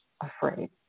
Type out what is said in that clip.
afraid